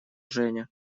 женя